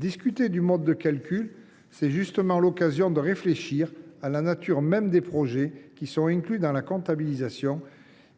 discussion du mode de calcul est justement l’occasion de réfléchir à la nature même des projets inclus dans la comptabilisation,